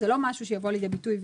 זה לא מישהו שיבוא לידי ביטוי,